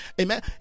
amen